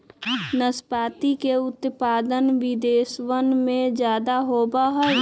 नाशपाती के उत्पादन विदेशवन में ज्यादा होवा हई